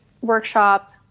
workshop